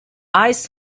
eyes